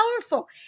powerful